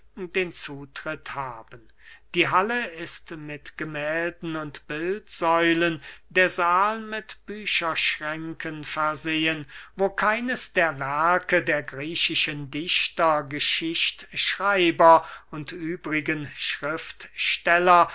den zutritt haben die halle ist mit gemählden und bildsäulen der sahl mit bücherschränken versehen wo keines der werke der griechischen dichter geschichtschreiber und übrigen schriftsteller